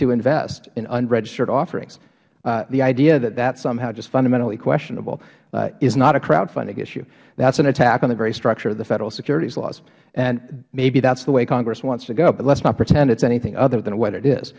to invest in unregistered offerings the idea that that is somehow just fundamentally questionable is not a crowdfunding issue that is an attack on the very structure of the federal securities laws and maybe that is the way congress wants to go but let's not pretend it is anything other than what it is